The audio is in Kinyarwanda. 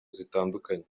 zitandukanye